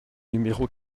numéro